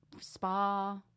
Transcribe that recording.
spa